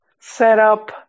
setup